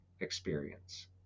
experience